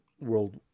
world